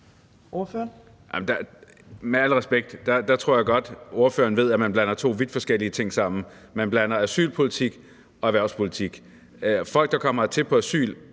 (KF): Med al respekt: Der tror jeg godt, ordføreren ved, at man blander to vidt forskellige ting sammen. Man blander asylpolitik og erhvervspolitik sammen. Folk på asyl